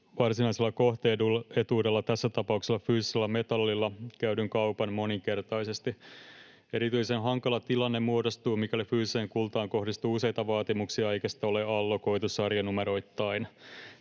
varsinaisella kohde-etuudella, tässä tapauksessa fyysisellä metallilla, käydyn kaupan määrän moninkertaisesti. Erityisen hankala tilanne muodostuu, mikäli fyysiseen kultaan kohdistuu useita vaatimuksia eikä sitä ole allokoitu sarjanumeroittain.